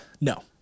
No